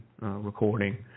recording